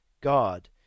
God